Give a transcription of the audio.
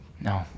No